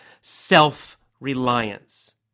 self-reliance